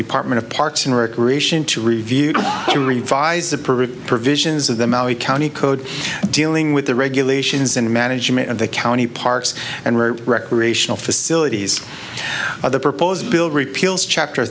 department of parks and recreation to review to revise the provisions of the maui county code dealing with the regulations and management of the county parks and recreational facilities or the proposed bill repeals chapter